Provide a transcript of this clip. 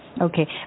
Okay